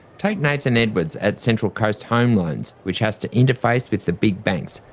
take nathan edwards at central coast home loans, which has to interface with the big banks,